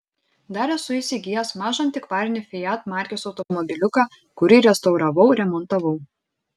dar esu įsigijęs mažą antikvarinį fiat markės automobiliuką kurį restauravau remontavau